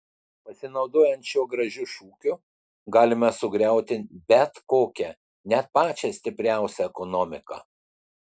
pasinaudojant šiuo gražiu šūkiu galima sugriauti bet kokią net pačią stipriausią ekonomiką